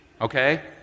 Okay